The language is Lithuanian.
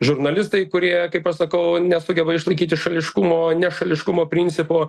žurnalistai kurie kaip aš sakau nesugeba išlaikyti šališkumo nešališkumo principo